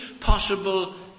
possible